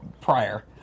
prior